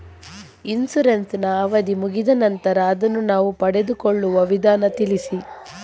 Insurance ನ ಅವಧಿ ಮುಗಿದ ನಂತರ ಅದನ್ನು ನಾವು ಪಡೆದುಕೊಳ್ಳುವ ವಿಧಾನ ತಿಳಿಸಿ?